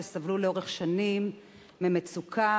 שסבלו לאורך שנים ממצוקה,